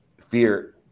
Fear